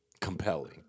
Compelling